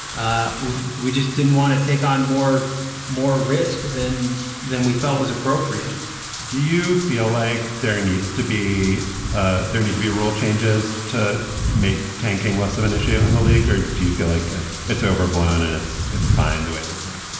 ah we just didn't want to take on more more risk than than we felt was appropriate do you feel like there needs to be ah there need to be a rule changes to make tanking less of an issue in the league? or do you feel like ah it's overblown and it's it's fine the way it is now?